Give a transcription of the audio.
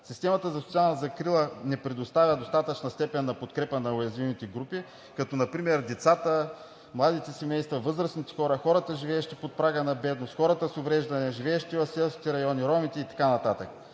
Системата за социална закрила не предоставя достатъчна степен на подкрепа на уязвимите групи, като например децата, младите семейства, възрастните хора, хората, живеещи под прага на бедност, хората с увреждане, живеещите в селските райони, ромите и така